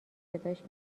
صداش